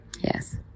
Yes